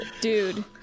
dude